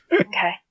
Okay